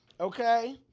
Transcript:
okay